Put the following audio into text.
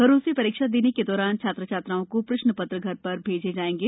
घरों से परीक्षा देने के दौरान छात्र छात्राओं को प्रश्न पत्र घर पर भेजे जाएंगे